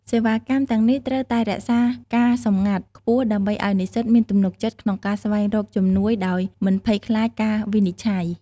សេវាកម្មទាំងនេះត្រូវតែរក្សាការសម្ងាត់ខ្ពស់ដើម្បីឱ្យនិស្សិតមានទំនុកចិត្តក្នុងការស្វែងរកជំនួយដោយមិនភ័យខ្លាចការវិនិច្ឆ័យ។